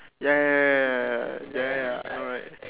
ya ya ya ya ya ya ya ya I know right